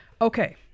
okay